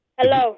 Hello